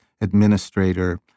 administrator